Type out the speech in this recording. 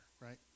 right